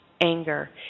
anger